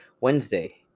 Wednesday